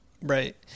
Right